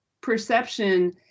perception